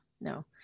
no